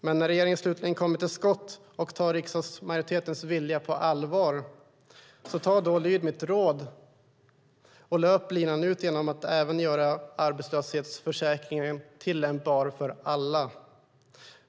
Men när regeringen slutligen kommer till skott och tar riksdagsmajoritetens vilja på allvar, ta då och lyd mitt råd och löp linan ut genom att även göra arbetslöshetsförsäkringen tillämpbar för alla.